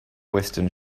western